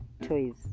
toys